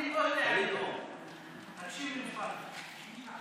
אני הקשבתי לך, תקשיב לי למשפט אחד,